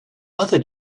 other